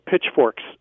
pitchforks